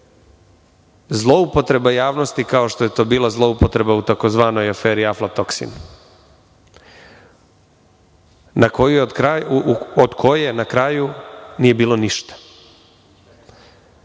zloupotreba javnosti kao što je to bila u takozvanoj aferi „aflatoksin“, od koje na kraju nije bilo ništa.